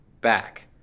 back